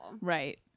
Right